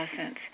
essence